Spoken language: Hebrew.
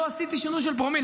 לא עשיתי שינוי של פרומיל.